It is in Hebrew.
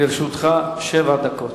לרשותך שבע דקות.